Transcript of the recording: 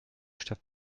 stadt